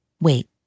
Wait